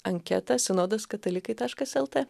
anketą sinodas katalikai taškas el tė